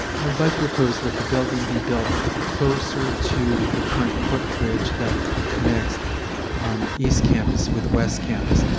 i would like to propose that the building be built closer to the current foot bridge that ah ah connects east campus with west campus.